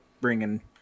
bringing